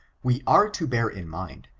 we are to bear in mind,